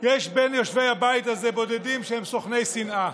יש בין יושבי הבית הזה בודדים שהם סוכני שנאה,